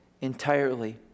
entirely